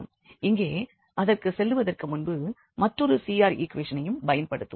இங்கே அத்ற்கு செல்வதற்கு முன்பு மற்றொரு CR ஈக்குவேஷனையும் பயன்படுத்துவோம்